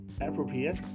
appropriate